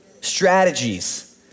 strategies